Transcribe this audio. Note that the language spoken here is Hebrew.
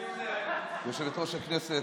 יושבת-ראש הכנסת,